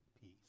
peace